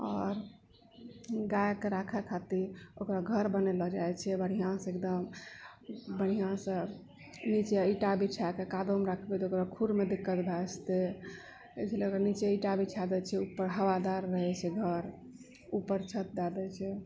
और गायके राखय खातिर ओकरा घर बनाएल जाएछै बढ़िआँसँ एकदम बढ़िआँसँ नीचे इंटा बिछायके कादोमे रखबे तऽ ओकर खुरमे दिक्कत भए जतए एहि लए के नीचे इंटा बिछा देय छै उपर हवादार रहैत छै घर उपर छत दय दे छै